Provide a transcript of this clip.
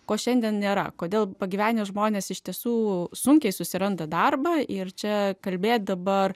ko šiandien nėra kodėl pagyvenę žmonės iš tiesų sunkiai susiranda darbą ir čia kalbėti dabar